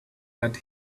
that